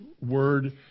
word